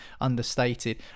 understated